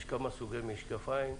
יש כמה סוגי משקפיים,